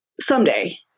someday